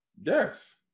Yes